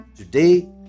Today